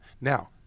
Now